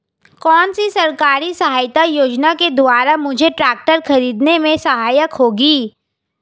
कौनसी सरकारी सहायता योजना के द्वारा मुझे ट्रैक्टर खरीदने में सहायक होगी?